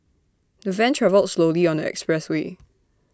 the van travelled slowly on the expressway